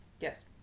Yes